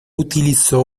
utilizó